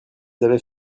avaient